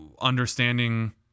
understanding